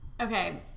Okay